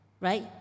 right